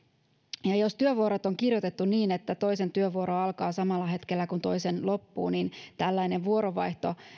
ja jos työvuorot on kirjoitettu niin että toisen työvuoro alkaa samalla hetkellä kuin toisen loppuu niin tällainen vuoronvaihto